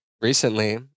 recently